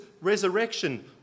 resurrection